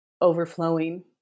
overflowing